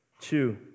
Two